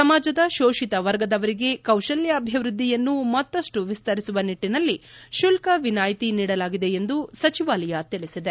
ಸಮಾಜದ ಶೋಷಿತ ವರ್ಗದವರಿಗೆ ಕೌತಲ್ಕಾಭಿವೃದ್ಧಿಯನ್ನು ಮತ್ತಪ್ಪು ವಿಸ್ತರಿಸುವ ನಿಟ್ಟನಲ್ಲಿ ಶುಲ್ಕ ವಿನಾಯಿತಿ ನೀಡಲಾಗಿದೆ ಎಂದು ಸಚಿವಾಲಯ ತಿಳಿಸಿದೆ